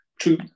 two